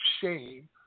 Shame